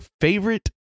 favorite